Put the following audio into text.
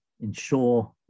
ensure